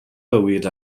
bywyd